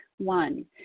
One